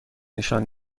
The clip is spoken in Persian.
نشان